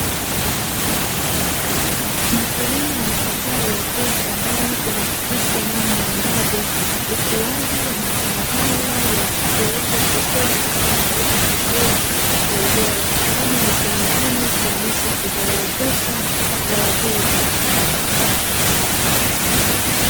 Mkulima wa mapapai akiwa shambani kuhakikisha namna ambavyo, ukuaji wa matunda haya ya kuuzwa sokoni unazidi kukua kwa ubora kwani miti mingine ikionesha kuzorotesha zao hili.